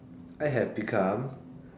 I have become